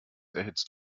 erhitzt